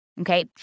Okay